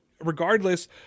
regardless